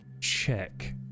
check